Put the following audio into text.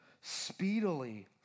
speedily